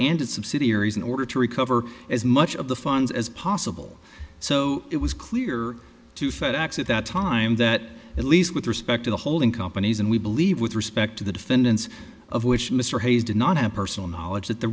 its subsidiaries in order to recover as much of the funds as possible so it was clear to fedex at that time that at least with respect to the holding companies and we believe with respect to the defendants of which mr hayes did not have personal knowledge that the